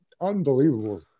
unbelievable